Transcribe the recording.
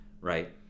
right